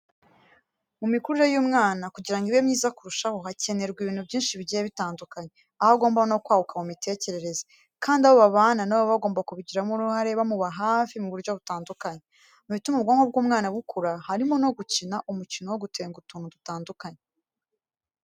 Mu mikurire y'umwana kugira ngo ibe myiza kurushaho hakenerwa ibintu byinshi bigiye bitandukanye, aho agomba no kwaguka mu mitekerereze, kandi abo babana na bo bagomba kubigiramo uruhare bamuba hafi mu buryo butandukanye. Mu bituma ubwonko bw'umwana bukura, harimo no gukina umukino wo gutenga utuntu dutandukanye.